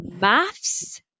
maths